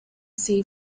sea